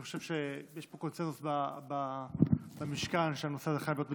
אני חושב שיש פה קונסנזוס במשכן שהנושא הזה חייב להיות מטופל,